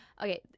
Okay